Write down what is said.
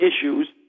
issues